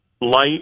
light